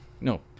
No